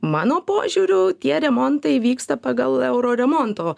mano požiūriu tie remontai vyksta pagal euroremonto